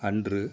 அன்று